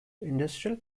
industrial